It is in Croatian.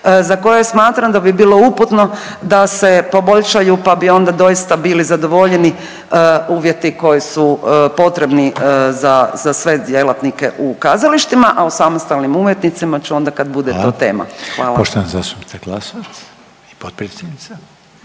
za koje smatram da bi bilo uputno da se poboljšaju pa bi onda doista bili zadovoljeni uvjeti koji su potrebni za sve djelatnike u kazalištima, a u samostalnim umjetnicima ću onda kad bude to tema. Hvala. **Reiner, Željko (HDZ)** Hvala.